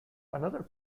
another